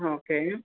okay